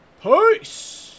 Peace